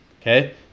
Okay